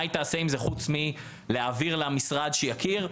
מה היא תעשה עם זה חוץ מלהעביר למשרד שיכיר?